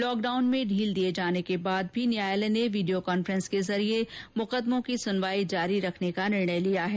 lockdown में ढील दिये जाने के बाद भी न्यायालय ने वीडियो कॉन्फ्रेंस के जरिये मुकदमों की सुनवाई जारी रखने का निर्णय लिया है